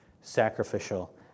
sacrificial